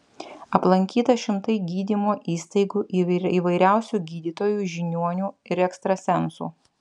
aplankyta šimtai gydymo įstaigų įvairiausių gydytojų žiniuonių ir ekstrasensų